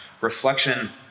Reflection